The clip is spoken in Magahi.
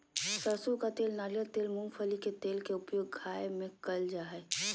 सरसों का तेल नारियल तेल मूंगफली के तेल के उपयोग खाय में कयल जा हइ